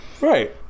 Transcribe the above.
Right